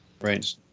Right